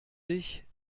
dich